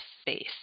space